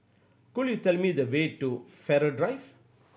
could you tell me the way to Farrer Drive